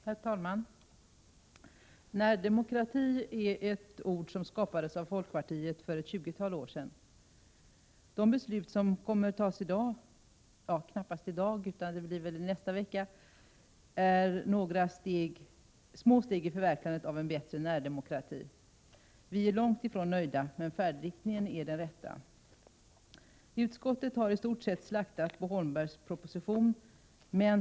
Herr talman! Närdemokrati är ett ord som skapades av folkpartiet för ett tjugotal år sedan. De beslut som kommer att fattas i dag — eller om det nu blir i nästa vecka — är några små steg i förverkligandet av en bättre närdemokrati. Vi är långt ifrån nöjda, men färdriktningen är den rätta. Utskottet har i stort sett slaktat Bo Holmbergs proposition.